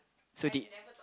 so did